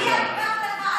המאוויים האישיים שלך,